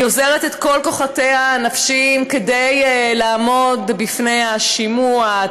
היא אוזרת את כל כוחותיה הנפשיים כדי לעמוד בפני השימוע,